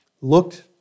looked